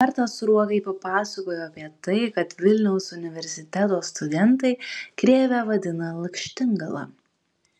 kartą sruogai papasakojau apie tai kad vilniaus universiteto studentai krėvę vadina lakštingala